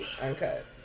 uncut